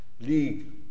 League